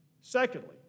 Secondly